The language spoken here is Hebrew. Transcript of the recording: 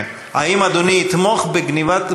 האם אדוני יתמוך בגנבת,